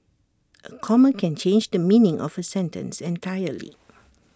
A comma can change the meaning of A sentence entirely